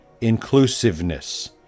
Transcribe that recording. inclusiveness